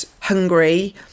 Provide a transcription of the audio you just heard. hungry